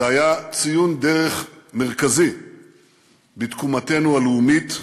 זה היה ציון דרך מרכזי בתקומתנו הלאומית,